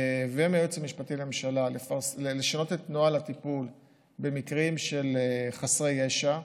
ומהיועץ המשפטי לממשלה לשנות את נוהל הטיפול במקרים של חסרי ישע,